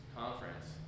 conference